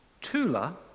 Tula